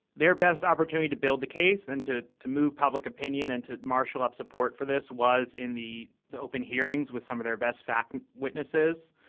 their best opportunity to build the case and to to move public opinion and to marshal up support for this was in the the open hearings with some of their best factand witnesses.